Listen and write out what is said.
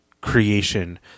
creation